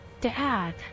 dad